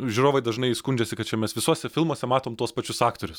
žiūrovai dažnai skundžiasi kad čia mes visuose filmuose matom tuos pačius aktorius